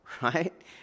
Right